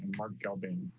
mark calvin.